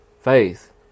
faith